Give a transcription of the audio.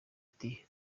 ati